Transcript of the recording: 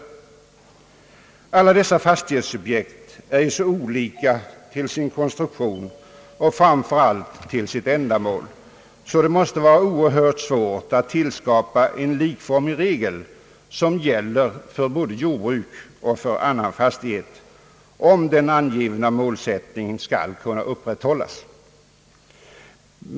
Alla dessa fastighetsobjekt är så olika till sin konstruktion och framför allt till sitt ändamål att det måste vara oerhört svårt att tiliskapa en likformig regel som gäller för både jordbruksoch annan fastighet, om den angivna målsättningen skall kunna upprätthållas.